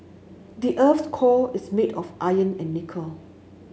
the earth's core is made of iron and nickel